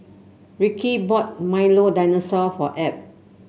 Ricky bought Milo Dinosaur for Ab